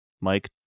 Mike